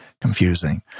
confusing